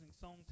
song